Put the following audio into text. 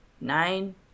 nine